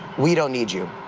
we don't need you.